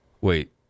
Wait